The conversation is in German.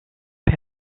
der